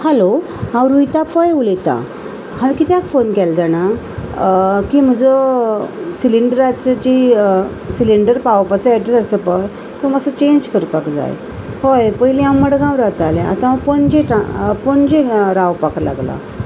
hello हांव रुहिता पै उलयतां हांवें कित्याक फोन केले जाणा की म्हजो सिलींडराचो जी सिलींडर पावपाचो एड्रेस आसा पळय तो मात्सो चेंज करपाक जाय हय पयलीं हांव मडगांव रावतालें आतां हांव पणजे पणजे रावपाक लागलां